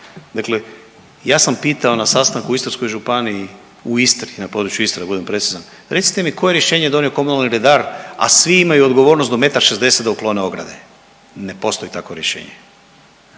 Dakle ja sam pitao na sastanku u Istarskoj županiji u Istri, na području Istre, da budem precizan, recite mi, koje je rješenje donio komunalni redar, a svi imaju odgovornost do metar 60 da uklone ograde? Ne postoji takvo rješenje.